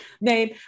name